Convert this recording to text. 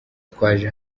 twaje